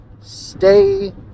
stay